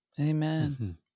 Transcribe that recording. Amen